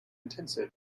intensive